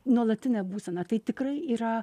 nuolatinė būsena tai tikrai yra